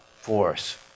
force